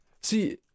See